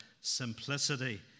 simplicity